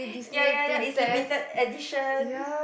ya ya ya it's limited edition